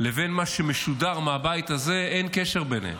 לבין מה שמשודר מהבית הזה, אין קשר ביניהם,